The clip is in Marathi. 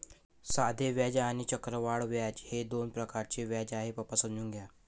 साधे व्याज आणि चक्रवाढ व्याज हे दोन प्रकारचे व्याज आहे, पप्पा समजून घ्या